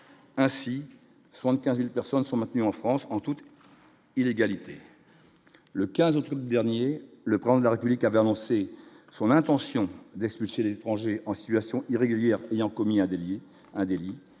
ainsi 75000 personnes sont maintenus en France en toute illégalité le 15 août dernier le prendre la République avait annoncé son intention d'expulser les étrangers en situation irrégulière ayant commis un délit,